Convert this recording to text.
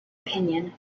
opinion